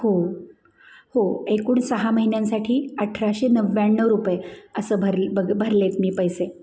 हो हो एकूण सहा महिन्यांसाठी अठराशे नव्याण्णव रुपये असं भर बघ भरले आहेत मी पैसे